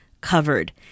covered